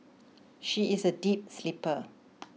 she is a deep sleeper